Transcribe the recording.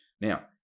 now